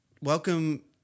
Welcome